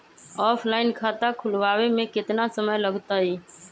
Offline खाता खुलबाबे में केतना समय लगतई?